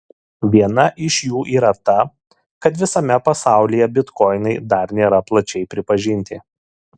viena iš jų yra ta kad visame pasaulyje bitkoinai dar nėra plačiai pripažinti